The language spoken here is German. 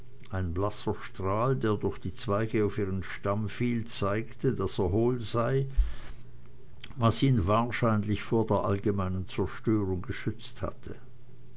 ein blasser strahl der durch die zweige auf ihren stamm fiel zeigte daß er hohl sei was ihn wahrscheinlich vor der allgemeinen zerstörung geschützt hatte